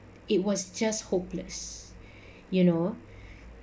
it was just hopeless you know